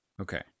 okay